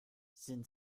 sind